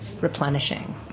replenishing